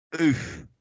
Oof